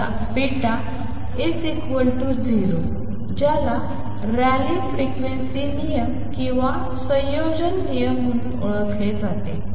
α β0 ज्याला रॅली फ्रिक्वेंसी नियम किंवा संयोजन नियम म्हणून ओळखले जाते